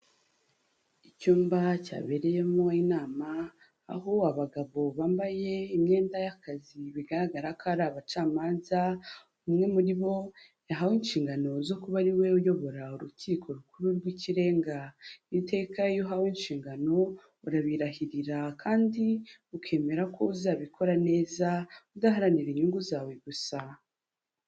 Icyumba cyabereyemo inama, aho abagabo bambaye imyenda y'akazi bigaragara ko ari abacamanza, umwe muri bo yahawe inshingano zo kuba ari we uyobora urukiko rukuru rw'ikirenga. Iteka iyo uhawe inshingano urabirahirira kandi ukemera ko uzabikora neza, udaharanira inyungu zawe gusa.